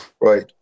right